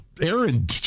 Aaron